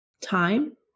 time